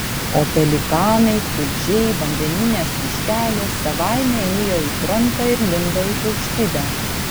o pelikanai tulžiai vandeninės vištelės savaime ėjo į krantą ir lindo į paukštidę